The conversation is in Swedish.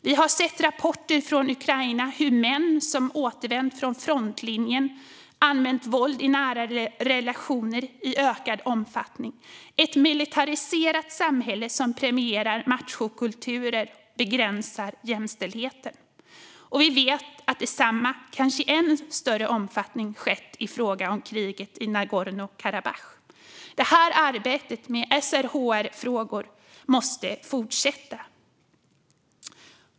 Vi har sett rapporter från Ukraina om att män som återvänt från frontlinjen använder våld i nära relationer i ökad omfattning. Ett militariserat samhälle som premierar machokulturer begränsar jämställdheten. Vi vet att detsamma i kanske än större omfattning har skett i fråga om kriget i Nagorno-Karabach. Arbetet med SRHR-frågor måste fortsätta.